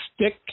stick